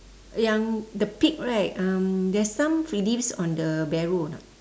yang the pig right um there's some leaves on the barrow a not